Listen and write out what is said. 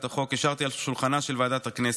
החוק השארתי על שולחנה של ועדת הכנסת: